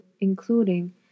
including